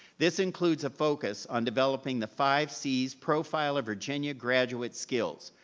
this includes a focus on developing the five cs profile of virginia graduate skills,